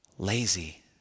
Lazy